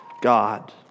God